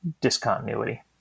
discontinuity